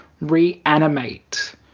reanimate